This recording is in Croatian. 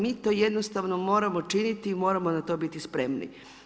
Mi to jednostavno moramo činiti i moramo na to biti spremni.